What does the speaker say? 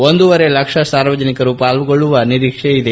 ಒಂದೂವರೆ ಲಕ್ಷ ಸಾರ್ವಜನಿಕರು ಪಾಲ್ಗೊಳ್ಳುವ ನಿರೀಕ್ಷೆ ಇದೆ